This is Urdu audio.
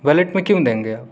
ولیٹ میں کیوں دیں گے